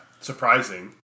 surprising